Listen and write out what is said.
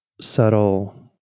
subtle